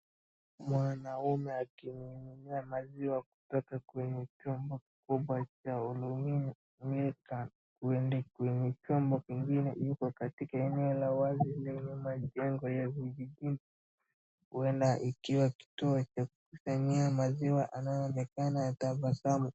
Mwanaume akimimina maziwa kutoka kwenye chombo kikubwa cha aluminium kwenda kwenye vyombo vingine. Iko katika eneo la wazi lenye majengo ya vijijini. Huenda ikiwa kituo cha kukusanyia maziwa. Anaonekana tabasamu.